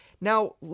Now